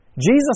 Jesus